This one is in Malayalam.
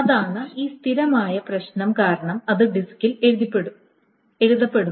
അതാണ് ഈ സ്ഥിരമായ പ്രശ്നം കാരണം അത് ഡിസ്കിൽ എഴുതപ്പെടുന്നു